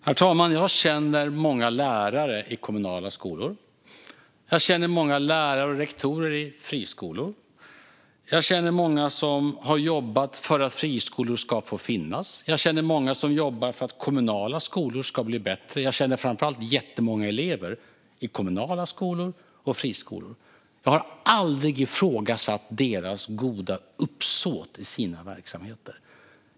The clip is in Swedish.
Herr talman! Jag känner många lärare i kommunala skolor. Jag känner många lärare och rektorer i friskolor. Jag känner många som har jobbat för att friskolor ska få finnas. Jag känner många som jobbar för att kommunala skolor ska bli bättre. Jag känner framför allt jättemånga elever i kommunala skolor och friskolor. Jag har aldrig ifrågasatt deras goda uppsåt i sina verksamheter.